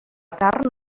carn